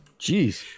Jeez